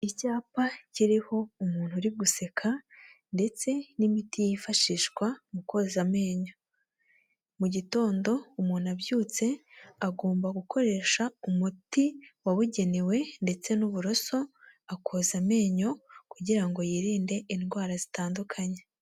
Icyapa kiriho umuntu uri guseka ndetse n'imiti yifashishwa mu koza amenyo. Mugitondo umuntu abyutse agomba gukoresha umuti wabugenewe ndetse n'uburoso, akoza amenyo kugira ngo yirinde indwara zitandukanye.